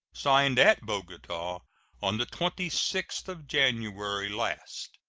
signed at bogota on the twenty sixth of january last,